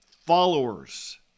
followers